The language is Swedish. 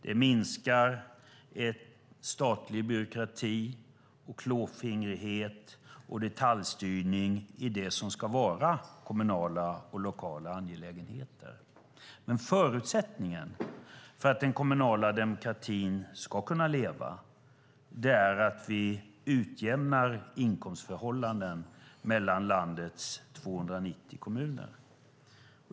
Det minskar statlig byråkrati och klåfingrighet och detaljstyrning i det som ska vara kommunala och lokala angelägenheter. Förutsättningen för att den kommunala demokratin ska kunna leva är att vi utjämnar inkomstförhållandena mellan landets 290 kommuner.